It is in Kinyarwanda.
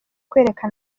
kwereka